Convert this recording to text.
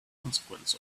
consequence